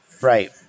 Right